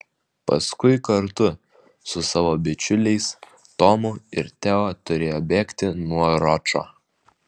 paskui kartu su savo bičiuliais tomu ir teo turėjo bėgti nuo ročo